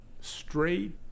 straight